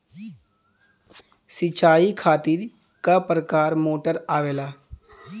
सिचाई खातीर क प्रकार मोटर आवेला?